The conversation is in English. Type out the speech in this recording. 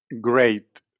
Great